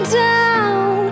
down